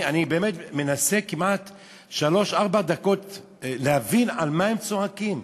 אני באמת מנסה כמעט שלוש-ארבע דקות להבין על מה הם צועקים.